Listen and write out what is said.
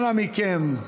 אנא מכם,